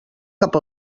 cap